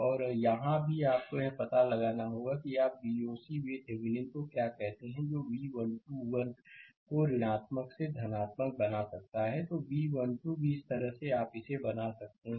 और यहाँ भी आपको यह पता लगाना होगा कि आप Voc VThevenin को क्या कहते हैं जो V 1 2 1 को ऋणात्मक से धनात्मक बना सकता है तो V 1 2 भी इस तरह से आप इसे बना सकते हैं